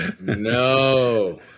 No